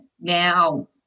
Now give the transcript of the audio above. now